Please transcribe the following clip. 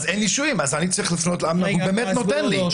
אין אישורים ולכן אני צריך לפנות לאמנון שנותן לי.